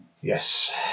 Yes